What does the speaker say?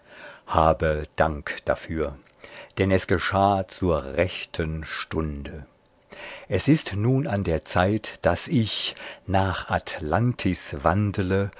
habe dank dafür denn es geschah zur rechten stunde es ist nun an der zeit daß ich nach atlantis wandle